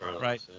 Right